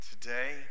today